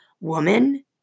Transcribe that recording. woman